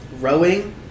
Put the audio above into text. rowing